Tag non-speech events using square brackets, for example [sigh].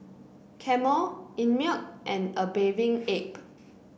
Camel Einmilk and A Bathing Ape [noise]